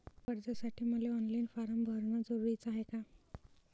कर्जासाठी मले online form भरन जरुरीच हाय का?